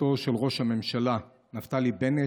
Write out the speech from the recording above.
חוצפתו של ראש הממשלה נפתלי בנט,